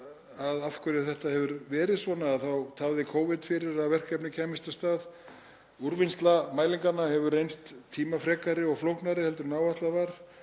af hverju þetta hefur verið svona þá tafði Covid fyrir að verkefnið kæmist af stað. Úrvinnsla mælinganna hefur reynst tímafrekari og flóknari heldur en áætlað var